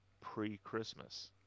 pre-Christmas